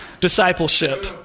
discipleship